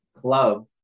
club